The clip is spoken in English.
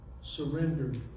surrender